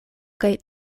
kaj